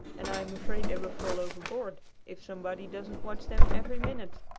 and i am afraid they will fall overboard if somebody doesn't watch them every minute!